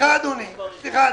סליחה אדוני,